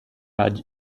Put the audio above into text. had